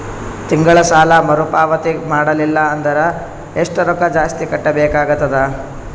ತಿಂಗಳ ಸಾಲಾ ಮರು ಪಾವತಿ ಮಾಡಲಿಲ್ಲ ಅಂದರ ಎಷ್ಟ ರೊಕ್ಕ ಜಾಸ್ತಿ ಕಟ್ಟಬೇಕಾಗತದ?